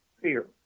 fear